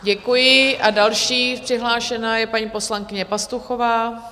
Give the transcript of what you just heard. Děkuji a další přihlášená je paní poslankyně Pastuchová.